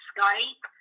Skype